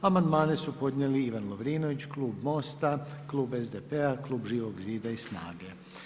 Amandmane su podnijeli Ivan Lovrinović, klub MOST-a, klub SDP-a, klub Živog zida i SNAGA-e.